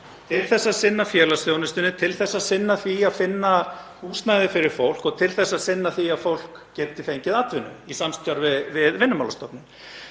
til að sinna félagsþjónustu, til að sinna því að finna húsnæði fyrir fólk og til að sinna því að fólk geti fengið atvinnu í samstarfi við Vinnumálastofnun.